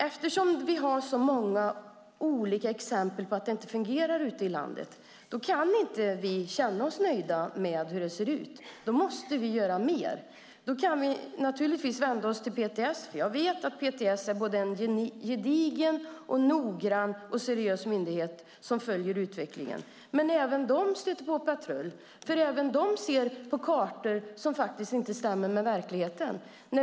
Eftersom vi har så många olika exempel på att det inte fungerar ute i landet kan vi inte känna oss nöjda med hur det ser ut. Då måste vi göra mer. Vi kan naturligtvis vända oss till PTS, för jag vet att PTS är en gedigen, noggrann och seriös myndighet som följer utvecklingen. Men även de stöter på patrull, för även de ser på kartor som inte stämmer med verkligheten.